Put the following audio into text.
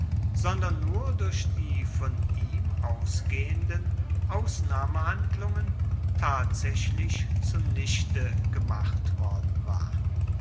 sondern nur durch die von ihm ausgehenden ausnahmehandlungen tatsächlich zunichte gemacht worden war